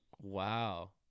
Wow